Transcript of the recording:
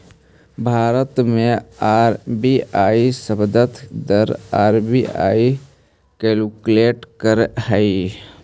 भारत में आर.बी.आई संदर्भ दर आर.बी.आई कैलकुलेट करऽ हइ